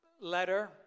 letter